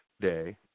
day